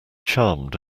charmed